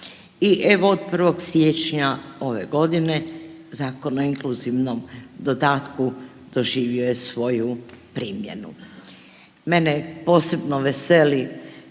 i evo od 1. siječnja ove godine Zakon o inkluzivnom dodatku doživio je svoju primjenu. Mene posebno veseli